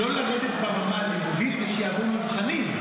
לא לרדת ברמה הלימודית ושיעברו מבחנים.